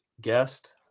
guest